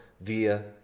via